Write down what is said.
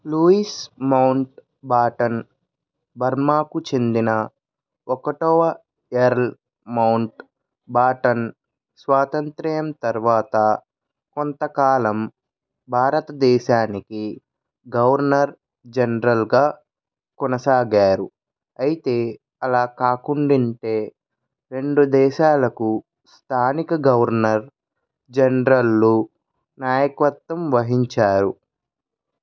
Louis Mountbatten బర్మాకు చెందిన ఒకటవ ఎర్ల్ మౌంట్బాటన్ స్వాతంత్ర్యం తర్వాత కొంతకాలం భారతదేశానికి గవర్నర్ జనరల్గా కొనసాగారు అయితే అలా కాకుండింటే రెండు దేశాలకు స్థానిక గవర్నర్ జనరల్లు నాయకత్వం వహించారు